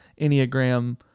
Enneagram